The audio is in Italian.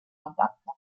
attacca